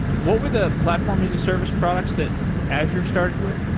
what were the platform as a service products that azure started with?